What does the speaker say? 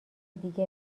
دیگه